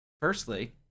Firstly